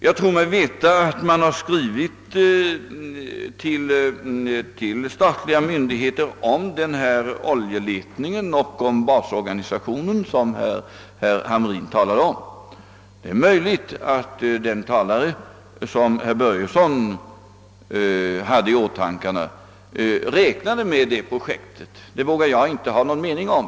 Jag tror mig veta att man har skrivit till statliga myndigheter om oljeletningen och om basorganisationen, som herr Hamrin i Kalmar talade om. Det är möjligt att den person som herr Börjesson hade i åtanke räknade med detta projekt, men det vågar jag inte ha någon mening om.